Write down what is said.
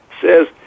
says